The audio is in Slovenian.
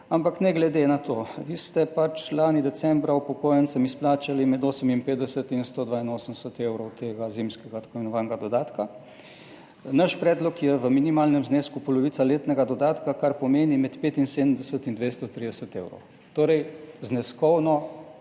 ampak ne glede na to, vi ste pač lani decembra upokojencem izplačali med 58 in 182 evri tega tako imenovanega zimskega dodatka. Naš predlog je v minimalnem znesku polovica letnega dodatka, kar pomeni med 75 in 230 evri, torej je zneskovno